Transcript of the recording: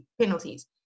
penalties